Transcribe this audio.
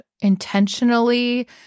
intentionally